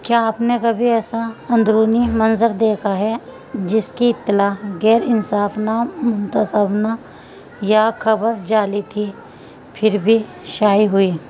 کیا آپ نے کبھی ایسا اندرونی منظر دیکھا ہے جس کی اطلاع غیر انصاف منصفانہ یا خبر جعلی تھی پھر بھی شائع ہوئی